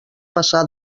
passar